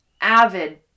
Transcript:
avid